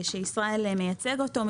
שישראל גנון מייצג אותו,